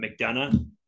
McDonough